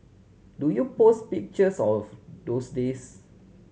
do you post pictures of those days